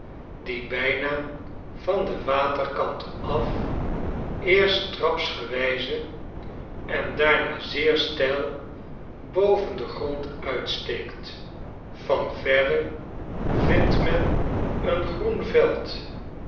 die bijna van den waterkant af eerst trapsgewijze en daarna zeer steil boven den grond uitsteekt van verrevindt men een groen veld